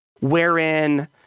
Wherein